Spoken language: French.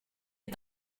est